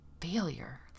failure